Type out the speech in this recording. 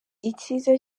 icyiza